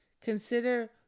Consider